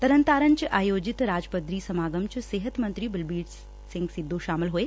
ਤਰਨਤਾਰਨ ਚ ਆਯੋਜਿਤ ਰਾਜ ਪੱਧਰੀ ਸਮਾਗਮ ਚ ਸਿਹਤ ਮੰਤਰੀ ਬਲਬੀਰ ਸਿੱਧੁ ਸ਼ਾਮਲ ਹੋਏ